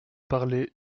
parler